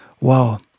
wow